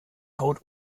haut